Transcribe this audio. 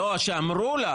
לא, שאמרו לה.